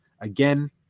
again